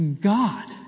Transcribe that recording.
God